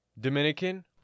Dominican